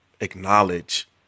acknowledge